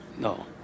No